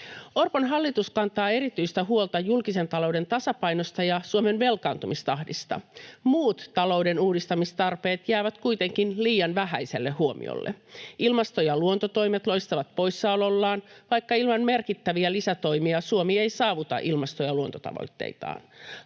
Orpon hallitus kantaa erityistä huolta julkisen talouden tasapainosta ja Suomen velkaantumistahdista. Muut talouden uudistamistarpeet jäävät kuitenkin liian vähäiselle huomiolle. Ilmasto- ja luontotoimet loistavat poissaolollaan, vaikka ilman merkittäviä lisätoimia Suomi ei saavuta ilmasto- ja luontotavoitteitaan.